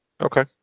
Okay